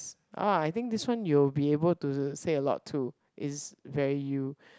oh I think this one you'll be able to say a lot too it's very you